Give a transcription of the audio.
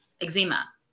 eczema